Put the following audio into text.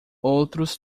outros